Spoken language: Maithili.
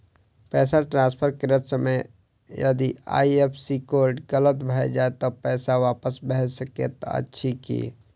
पैसा ट्रान्सफर करैत समय यदि आई.एफ.एस.सी कोड गलत भऽ जाय तऽ पैसा वापस भऽ सकैत अछि की?